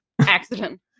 accident